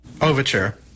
Overture